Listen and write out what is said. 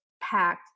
packed